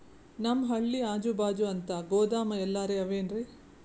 ನಮ್ ಹಳ್ಳಿ ಅಜುಬಾಜು ಅಂತ ಗೋದಾಮ ಎಲ್ಲರೆ ಅವೇನ್ರಿ?